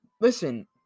listen